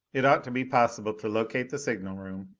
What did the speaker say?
it ought to be possible to locate the signal room,